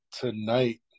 tonight